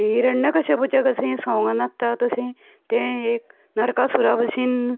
हिरण्यकशपाचें कशें सोंग नाचता तशें तें एक नरकासुरा भशेन